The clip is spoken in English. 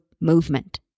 movement